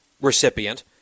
recipient